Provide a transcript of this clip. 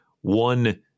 one